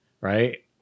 right